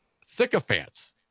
sycophants